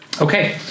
Okay